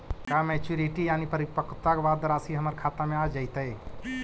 का मैच्यूरिटी यानी परिपक्वता के बाद रासि हमर खाता में आ जइतई?